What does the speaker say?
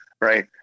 right